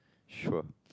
sure